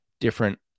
different